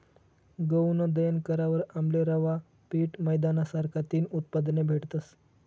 गऊनं दयन करावर आमले रवा, पीठ, मैदाना सारखा तीन उत्पादने भेटतस